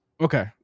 Okay